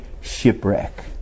shipwreck